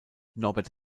norbert